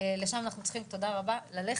לשם אנחנו צריכים ללכת.